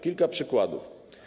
Kilka przykładów.